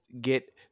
get